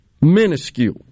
minuscule